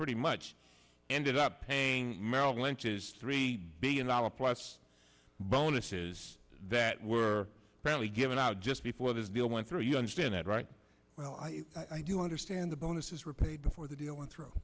pretty much ended up paying merrill lynch's three billion dollars plus bonuses that were apparently given out just before this deal went through you understand that right well i do understand the bonuses were paid before the deal went through